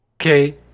okay